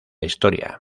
historia